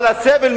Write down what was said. אבל הסבל,